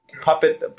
puppet